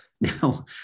Now